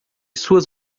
suas